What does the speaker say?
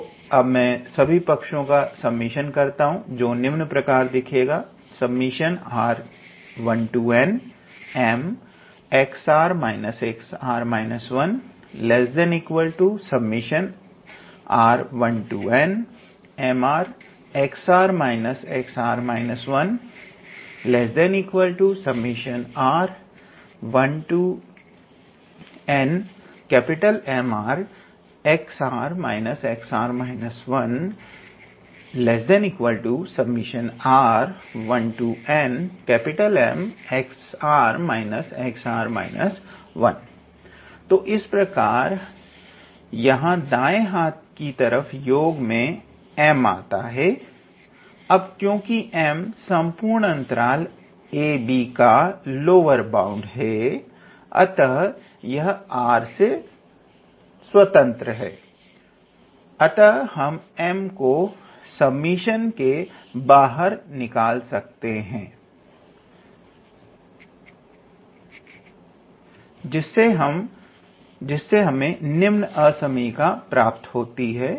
तो अब मैं सभी पक्षों का समेशन करता हूं जो निम्न प्रकार प्रदर्शित होता है तो इस प्रकार यहां दाएं हाथ की तरफ योग मैं m आता है अब क्योंकि m संपूर्ण अंतराल ab का लोअर बाउंड है अतः यह r से स्वतंत्र है अतः हम m को समेशन के बाहर निकाल सकते हैं जिससे हमें निम्न असामयिका प्राप्त होती है